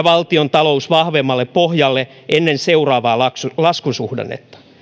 valtiontalous vahvemmalle pohjalle ennen seuraavaa laskusuhdannetta